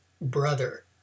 brother